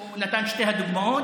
הוא נתן שתי דוגמאות,